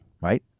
right